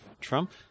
Trump